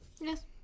Yes